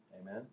Amen